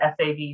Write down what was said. SAV